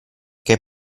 che